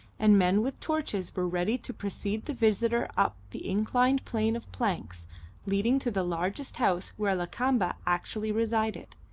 and men with torches were ready to precede the visitor up the inclined plane of planks leading to the largest house where lakamba actually resided,